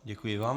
Děkuji vám.